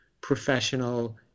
professional